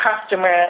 customer